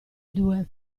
due